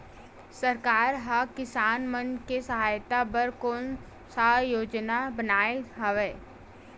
सरकार हा किसान मन के सहायता बर कोन सा योजना बनाए हवाये?